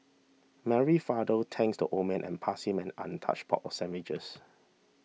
Mary's father thanks the old man and passed him an untouched box of sandwiches